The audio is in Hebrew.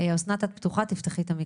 שעסקתי בו